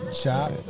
chop